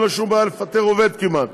כמעט